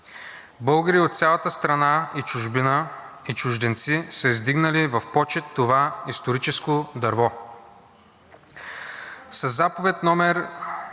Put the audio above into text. Българи от цялата страна и чужденци са издигнали в почит това историческо дърво.